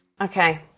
Okay